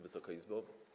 Wysoka Izbo!